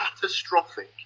catastrophic